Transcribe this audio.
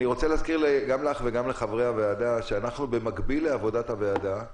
אני רוצה להזכיר לך וגם לחברי הוועדה שבמקביל לעבודת הוועדה אנחנו